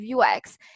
UX